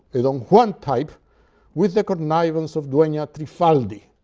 a don juan type with the connivance of duena trifaldi.